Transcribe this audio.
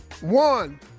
One